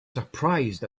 surprised